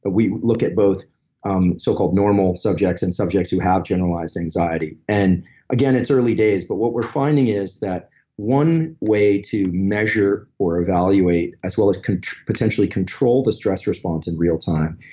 ah we look at both um so-called normal subjects, and subjects who have generalized anxiety, and again it's early days, but what we're finding is that one way to measure or evaluate, as well as potentially control the stress response in real time,